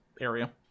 area